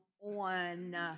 on